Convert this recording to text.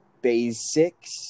basics